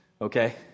Okay